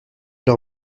leur